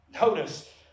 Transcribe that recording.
Notice